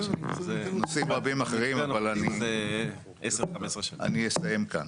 יש עוד נושאים רבים אחרים אבל אני אסיים כאן.